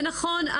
ונכון,